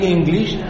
English